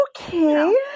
Okay